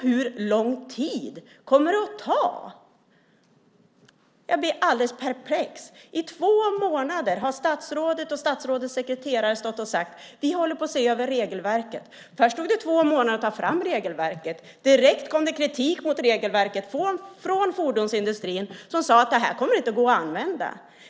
Hur lång tid kommer det att ta? Jag blir alldeles perplex. I två månader har statsrådet och statsrådets sekreterare sagt att man ser över regelverket. Först tog det två månader att ta fram regelverket. Direkt kom det kritik mot regelverket från fordonsindustrin som sade att detta inte skulle gå att använda.